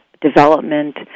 development